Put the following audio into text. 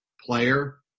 player